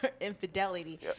infidelity